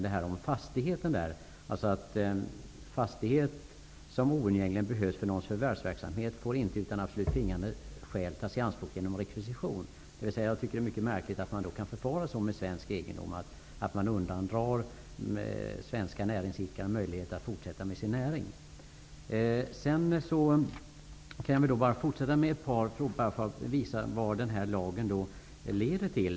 Det är ju så att en fastighet som oundgängligen behövs för någons förvärvsverksamhet inte utan absolut tvingande skäl får tas i anspråk genom rekvisition. Det är då mycket märkligt att man kan förfara så med svensk egendom, att man undandrar svenska näringsidkare möjligheten att fortsätta med sin näring. Jag vill också med några exempel visa vad den här lagen leder till.